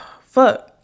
fuck